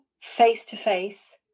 face-to-face